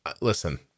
listen